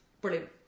brilliant